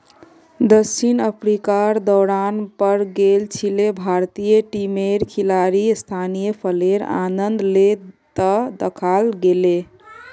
दक्षिण अफ्रीकार दौरार पर गेल छिले भारतीय टीमेर खिलाड़ी स्थानीय फलेर आनंद ले त दखाल गेले